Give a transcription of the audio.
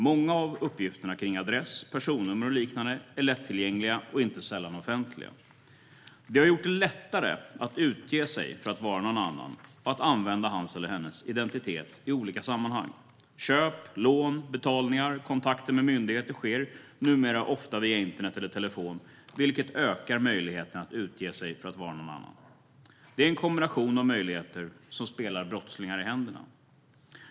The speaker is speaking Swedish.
Många av uppgifterna om adress, personnummer och liknande är lättillgängliga och inte sällan offentliga. Det har gjort det lättare att utge sig för att vara någon annan och att använda hans eller hennes identitet i olika sammanhang. Köp, lån, betalningar och kontakter med myndigheter sker numera ofta via internet eller telefon, vilket ökar möjligheterna att utge sig för att vara någon annan. Det är en kombination av möjligheter som spelar brottslingar i händerna.